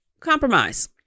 Compromise